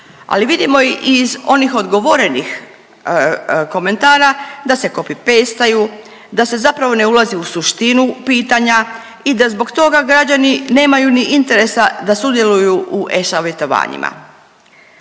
Ali vidimo iz onih odgovorenih komentara da se copy pasta-ju, da se zapravo ne ulazi u suštinu pitanja i da zbog toga građani nemaju ni interesa da sudjeluju u e-savjetovanjima.